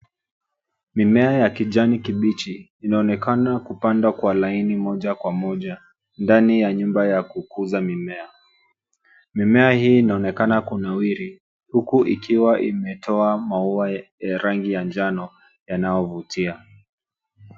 Mimea ya kijani kibichi inaonekana kupandwa kwa laini moja kwa moja ndani ya nyumba ya kukuza mimea. Mimea hii inaonekana kunawiri huku ikiwa imetoa maua ya rangi ya njano yanayovutia.